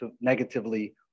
negatively